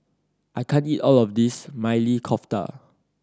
I can't eat all of this Maili Kofta